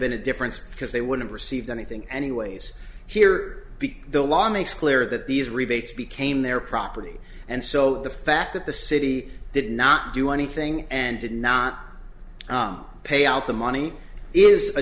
been a difference because they would have received anything anyways here because the law makes clear that these rebates became their property and so the fact that the city did not do anything and did not pay out the money is a